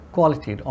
Quality